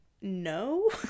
no